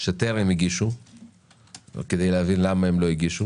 שטרם הגישו כדי להבין למה הם לא הגישו.